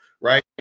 Right